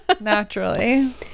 Naturally